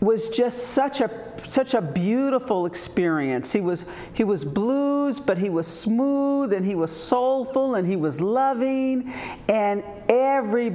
was just such a such a beautiful experience he was he was blues but he was smooth and he was soulful and he was loving and every